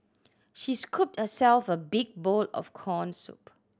she scooped herself a big bowl of corn soup